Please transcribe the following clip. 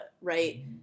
right